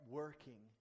working